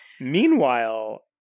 Meanwhile